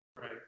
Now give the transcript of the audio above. Right